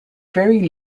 very